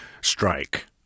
strike